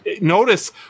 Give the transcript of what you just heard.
notice